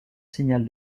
signal